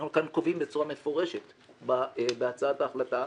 אנחנו כאן קובעים בצורה מפורשת בהצעת ההחלטה